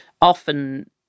often –